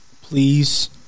Please